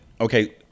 Okay